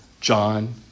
John